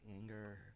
anger